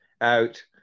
out